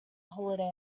holiday